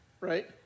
Right